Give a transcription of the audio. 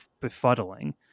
befuddling